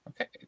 Okay